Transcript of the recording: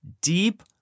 deep